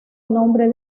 nombre